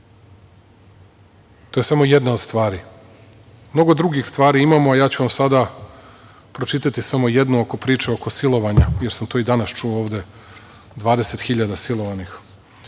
To je samo jedna od stvari. Mnogo drugih stvari imamo, a ja ću vam sada pročitati samo jednu priču oko silovanja, jer sam to i danas čuo ovde, 20.000 silovanih. Mi